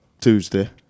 Tuesday